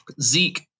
Zeke